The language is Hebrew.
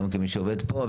גם כן מי שעובד פה,